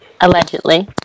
Allegedly